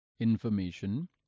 information